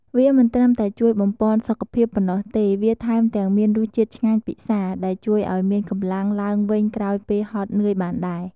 វាមិនត្រឹមតែជួយបំប៉នសុខភាពប៉ុណ្ណោះទេ វាថែមទាំងមានរសជាតិឆ្ងាញ់ពិសា ដែលជួយឱ្យមានកម្លាំងឡើងវិញក្រោយពេលហត់នឿយបានដែរ។